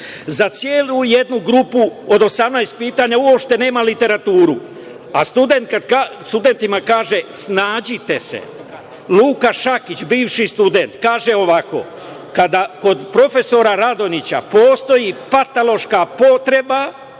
Za celu jednu grupu od 18 pitanja uopšte nema literaturu, a studentima kaže – snađite se. Luka Šakić, bivši student kaže ovako: „Kada kod profesora Radonjića postoji patološka potreba